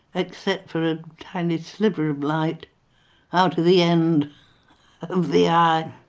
except for a tiny sliver of light out of the end of the eye.